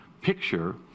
picture